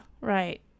Right